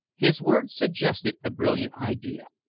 his words suggested a brilliant idea.